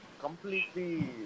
completely